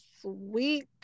sweet